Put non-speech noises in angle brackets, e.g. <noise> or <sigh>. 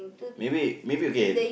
maybe maybe okay <noise>